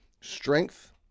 strength